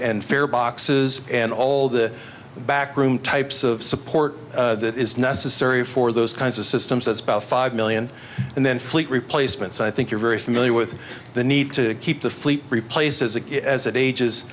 and fare boxes and all the back room types of support that is necessary for those kinds of systems as about five million and then fleet replacements i think you're very familiar with the need to keep the fleet replaced as it a